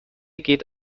geht